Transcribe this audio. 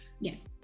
Yes